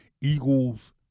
Eagles